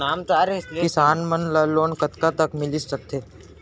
किसान मन ला लोन कतका तक मिलिस सकथे?